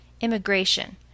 Immigration